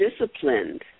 disciplined